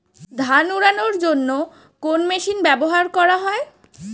ধান উড়ানোর জন্য কোন মেশিন ব্যবহার করা হয়?